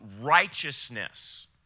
righteousness